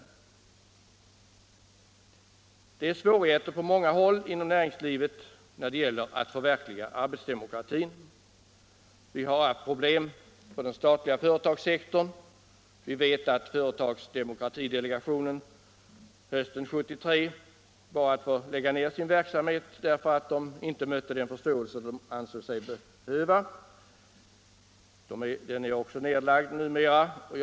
Inom näringslivet har man på många håll stora svårigheter med att kunna förverkliga arbetsdemokratin. Vi har haft sådana problem också på den statliga företagssektorn. Vi vet att företagsdemokratidelegationen hösten 1973 bad att få lägga ned sin verksamhet därför att man inte hade mött den förståelse som man ansåg sig behöva. Verksamheten där är också numera nedlagd.